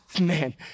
man